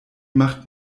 macht